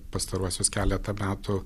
pastaruosius keletą metų